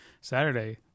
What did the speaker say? Saturday